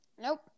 Nope